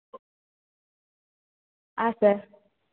ಹಾಂ ಸರ್